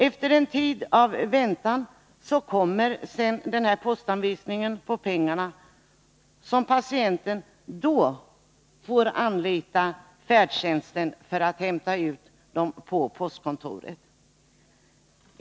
Efter en tid av väntan kommer sedan en postanvisning på pengarna, som patienten då får anlita färdtjänsten för att hämta på postkontoret.